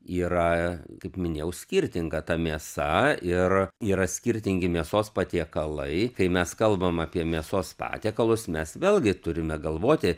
yra kaip minėjau skirtinga ta mėsa ir yra skirtingi mėsos patiekalai kai mes kalbam apie mėsos patiekalus mes vėlgi turime galvoti